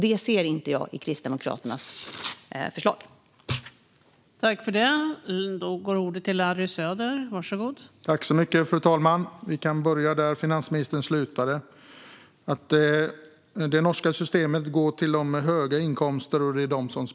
Det ser jag inte i Kristdemokraternas förslag.